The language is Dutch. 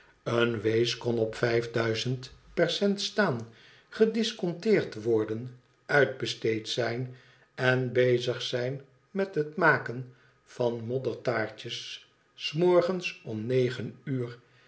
en wees kon op vijfduizend percent staan gedisconteerd worden uitbesteed zijn en bezig zijn met het maken van moddertaartjes s morgens om negen uur